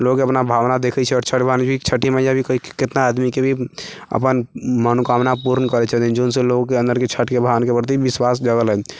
लोक अपना भावना देखै छै आओर छठि भगवान भी छठी मैया भी कितना आदमीके भी अपन मनोकामना पूर्ण करै छथिन जौनसँ लोकके अन्दर छठिके भगवानके प्रति विश्वास जगलनि